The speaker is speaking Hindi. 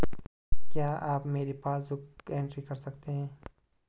क्या आप मेरी पासबुक बुक एंट्री कर सकते हैं?